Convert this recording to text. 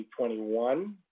2021